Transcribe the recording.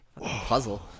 puzzle